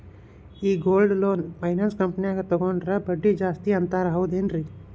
ಈ gold loan finance ಕಂಪನ್ಯಾಗ ತಗೊಂಡ್ರೆ ಬಡ್ಡಿ ಜಾಸ್ತಿ ಅಂತಾರ ಹೌದೇನ್ರಿ?